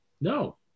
No